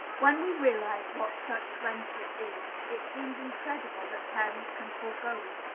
when we realize what such friendship is, it seems incredible that parents can forego it,